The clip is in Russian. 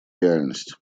реальность